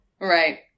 Right